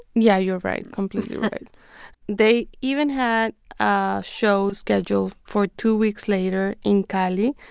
yeah, you're right. completely right they even had ah shows scheduled for two weeks later in cali,